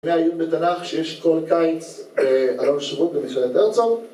מהיום בתנ״ך שיש כל קיץ עלון שירות במכללת הרצוג